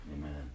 amen